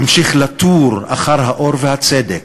אמשיך לתור אחר האור והצדק,